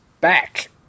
back